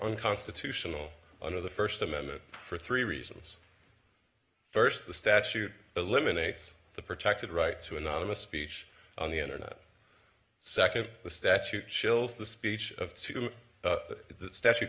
unconstitutional under the first amendment for three reasons first the statute eliminates the protected right to anonymous speech on the internet second the statute chills the speech of the statu